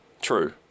True